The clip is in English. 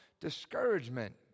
discouragement